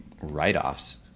write-offs